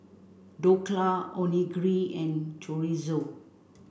Dhokla Onigiri and Chorizo